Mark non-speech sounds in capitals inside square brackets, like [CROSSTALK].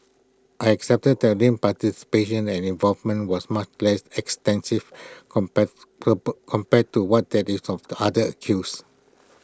I accepted that Lim's participation and involvement was much less extensive compare [UNINTELLIGIBLE] compare to what that is of the other accused